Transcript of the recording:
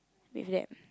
with them